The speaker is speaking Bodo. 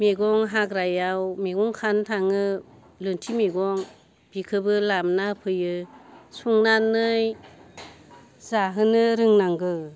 मैगं हाग्रायाव मैगं खानो थाङो लोथि मैगं बिखौबो लाबोना होफैयो संनानै जाहोनो रोनांगौ